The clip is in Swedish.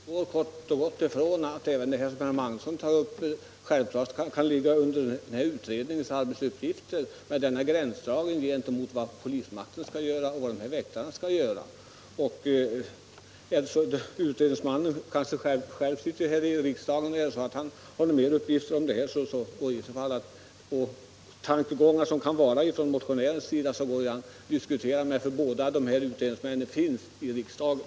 Herr talman! Jag utgår ifrån att det hör till de pågående utredningarnas arbetsuppgifter att ta upp frågan om gränsdragningen mellan vad polismakten skall göra och vad väktarna skall göra. Herr Magnusson har dessutom goda möjligheter att föra fram motionärernas synpunkter till utredningarna, enär båda utredningsmännen tillhör riksdagen.